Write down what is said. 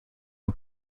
who